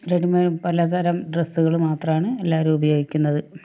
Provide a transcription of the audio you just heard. ready made പലതരം ഡ്രെസ്സുകൾ മാത്രമാണ് എല്ലാവരും ഉപയോഗിക്കുന്നത്